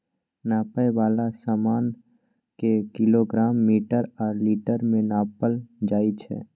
नापै बला समान केँ किलोग्राम, मीटर आ लीटर मे नापल जाइ छै